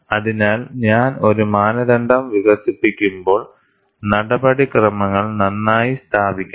അതിനാൽ ഞാൻ ഒരു മാനദണ്ഡം വികസിപ്പിക്കുമ്പോൾ നടപടിക്രമങ്ങൾ നന്നായി സ്ഥാപിക്കണം